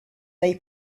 they